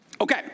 Okay